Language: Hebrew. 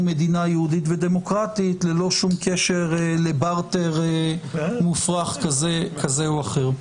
מדינה יהודית ודמוקרטית ללא קשר לברטר מופרך כזה או אחר.